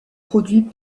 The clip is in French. produits